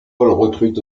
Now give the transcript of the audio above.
recrute